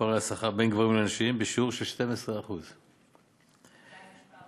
בפערי השכר בין גברים לנשים בשיעור 12% עדיין יש פער